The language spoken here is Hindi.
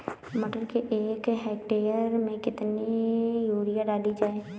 मटर के एक हेक्टेयर में कितनी यूरिया डाली जाए?